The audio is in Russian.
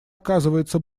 оказывается